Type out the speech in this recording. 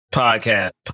podcast